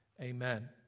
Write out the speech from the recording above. Amen